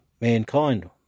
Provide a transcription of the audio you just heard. mankind